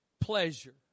pleasure